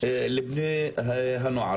לבני הנוער?